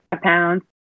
pounds